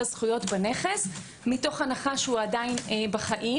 הזכויות הנכס מתוך הנחה שהוא עדיין בחיים,